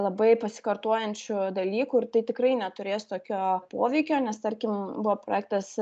labai pasikartojančiu dalyku ir tai tikrai neturės tokio poveikio nes tarkim buvo projektas